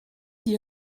d’y